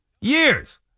years